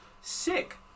Sick